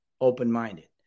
open-minded